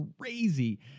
crazy